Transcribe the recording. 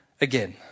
again